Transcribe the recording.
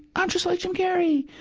i'm just like jim carrey!